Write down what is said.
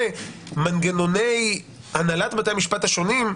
ומנגנוני הנהלת בתי המשפט השונים,